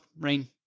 Rain